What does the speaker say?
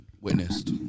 witnessed